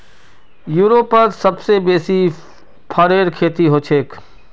यूरोपत सबसे बेसी फरेर खेती हछेक